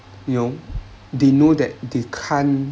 you know they know that they can't